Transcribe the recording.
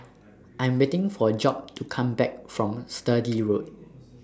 I Am waiting For Job to Come Back from Sturdee Road